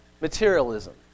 materialism